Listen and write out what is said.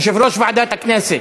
יושב-ראש ועדת הכנסת.